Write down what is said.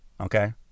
Okay